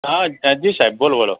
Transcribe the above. હા હા જી સાહેબ બોલો બોલો